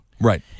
Right